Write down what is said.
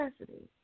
capacity